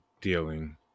dealing